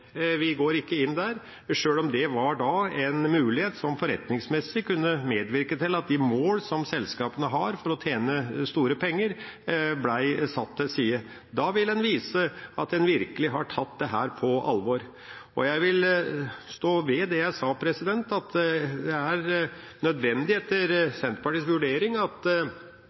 vi går ikke inn der, sjøl om det var en mulighet som forretningsmessig kunne medvirke til at de mål som selskapene har for å tjene store penger, ble satt til side. Da vil en vise at en virkelig har tatt dette på alvor. Jeg vil stå ved det jeg sa, at det etter Senterpartiets vurdering er nødvendig at